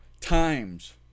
times